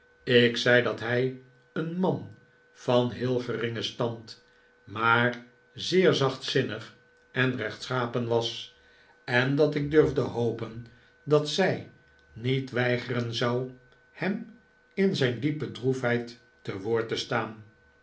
ik zei dat hij een man van heel geringen stand maar zeer zachtzinnig en rechtschapen was en dat ik durfde hopen dat zij niet weigeren zou hem in zijn diepe droefheid te woord te staan